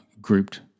grouped